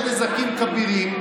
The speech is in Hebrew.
יש נזקים כבירים,